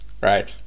right